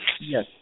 yes